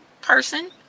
person